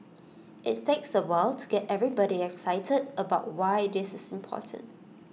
IT takes A while to get everybody excited about why this is important